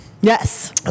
Yes